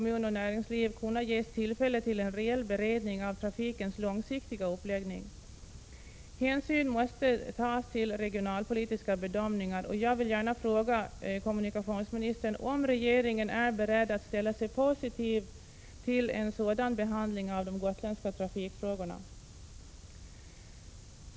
1986/87:62 mun och näringsliv kunna ges tillfälle till en reell beredning av trafikens 2 februari 1987 långsiktiga uppläggning. Hänsyn måste tas till regionalpolitiska bedömningar, och jag vill gärna fråga kommunikationsministern om regeringen är beredd att ställa sig positiv till en sådan behandling av de gotländska trafikfrågorna.